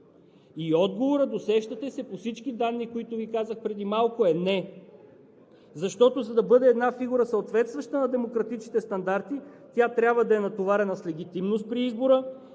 И отговорът, усещате се, по всички данни, които Ви казах преди малко, е: не! Защото, за да бъде една фигура съответстваща на демократичните стандарти, тя трябва да е натоварена с легитимност при избора,